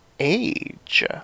age